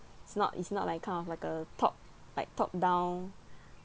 it's not it's not like kind of like a top like top down